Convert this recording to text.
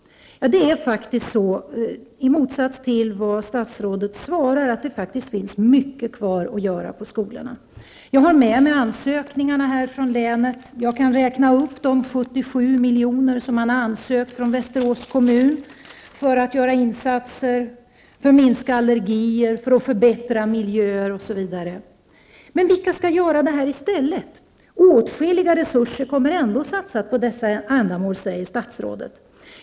I motsats till vad statsrådet svarar finns det mycket kvar att göra på skolorna. Jag har med mig ansökningarna från länet och kan redovisa för de 77 milj.kr. som man från Västerås kommun har ansökt om för att kunna göra insatser som bidrar till att minska allergier, att förbättra miljöer osv. Vilka är det som i stället skall åstadkomma det här? Åtskilliga resurser kommer ändå att satsas på dessa ändamål, sade statsrådet.